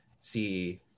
see